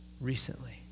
recently